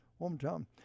hometown